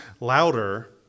louder